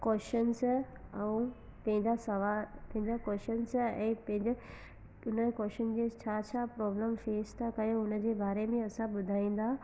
questions ऐं पंहिंजा सवा पंहिंजा कॉश्नस ऐं पंहिंजा हुन कॉश्नन जंहिंसां छा छा प्रोब्लम फेस था कयूं हुनजे बारे में असां ॿुधाईंदा